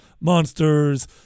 monsters